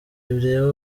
bireba